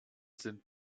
sind